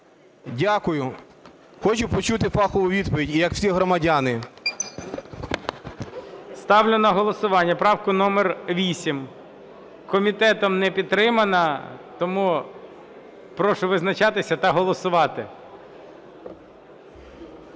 Дякую. Хочу почути фахову відповідь, як і всі громадяни. ГОЛОВУЮЧИЙ. Ставлю на голосування правку номер 8. Комітетом не підтримана. Тому прошу визначатися та голосувати.